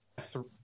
three